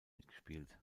mitgespielt